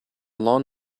lawn